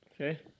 Okay